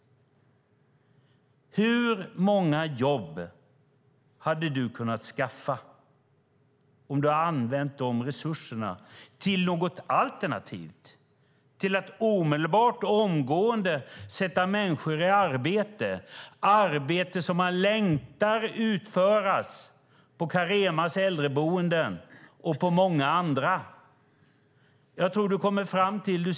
Hur många jobb hade du kunnat skaffa om du använt dessa resurser till något alternativt, till att omgående sätta människor i arbete? Det är arbete som är i stort behov av att utföras på Caremas äldreboenden och på många andra ställen. Du sitter med miniräknaren, Anders Borg.